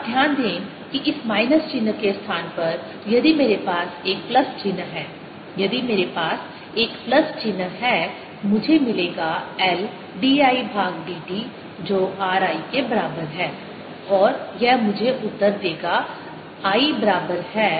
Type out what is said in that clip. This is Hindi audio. अब ध्यान दें कि इस माइनस चिन्ह के स्थान पर यदि मेरे पास एक प्लस चिन्ह है यदि मेरे पास एक प्लस चिन्ह है मुझे मिलेगा L d I भाग dt जो r I बराबर है और यह मुझे उत्तर देगा I बराबर है